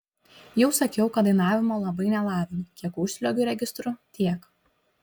jau sakiau kad dainavimo labai nelavinu kiek užsliuogiu registru tiek